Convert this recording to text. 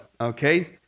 Okay